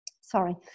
sorry